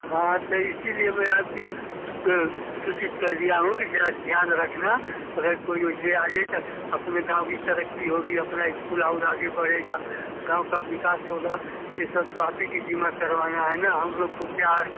हाँ तो इसीलिए में आपकी प सुचित कर दिया हूँ कि ज़रा ध्यान रखना अगर कोई ओइसे आ रही है तो अपने गाँव की तरक्की होगी अपना इस्कूल और आगे बढ़ेगा गाँव का विकास होगा यह सब तो आप ही के ज़िम्मा करवाना है ना हम लोग को क्या